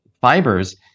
fibers